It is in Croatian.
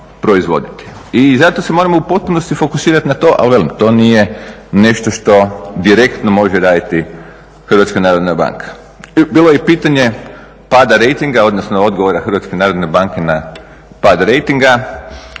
i zato se moramo u potpunosti fokusirati na to, ali velim to nije nešto što direktno može raditi Hrvatska narodna banka. Bilo je i pitanje pada rejtinga, odnosno odgovora Hrvatske narodne